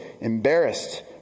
embarrassed